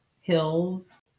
Hills